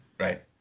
Right